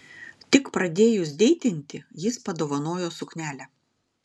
tik pradėjus deitinti jis padovanojo suknelę